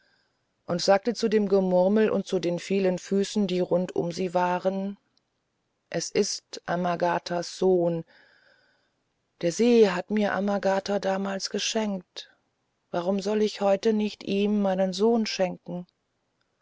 und sagte zu dem gemurmel und zu den vielen füßen die rund um sie waren es ist amagatas sohn der see hat mir amagata damals geschenkt warum soll ich nicht heute ihm meinen sohn schenken